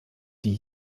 die